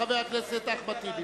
לחבר הכנסת אחמד טיבי.